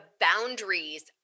boundaries